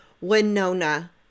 Winona